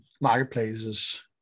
marketplaces